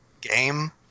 game